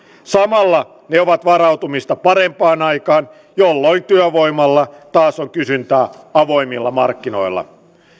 samalla ne ovat varautumista parempaan aikaan jolloin työvoimalle taas on kysyntää avoimilla markkinoilla